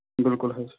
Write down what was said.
بِلکُل حظ